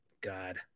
God